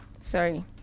Sorry